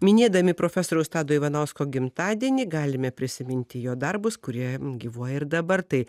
minėdami profesoriaus tado ivanausko gimtadienį galime prisiminti jo darbus kurie gyvuoja ir dabar tai